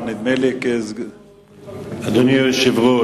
אדוני היושב-ראש,